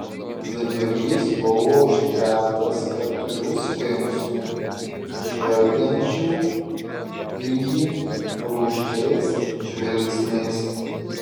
vidurys buvo užtvertas keturių sfinksų žvelgiančių į jį rūsčiais žvilgsniais